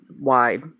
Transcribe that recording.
wide